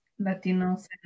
Latinos